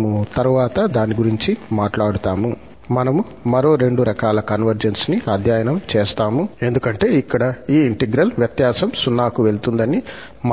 మనము తరువాత దాని గురించి మాట్లాడుతాము మనము మరో రెండు రకాల కన్వర్జెన్స్ ని అధ్యయనం చేస్తాము ఎందుకంటే ఇక్కడ ఈ ఇంటెగ్రల్ వ్యత్యాసం 0 కి వెళ్తుందని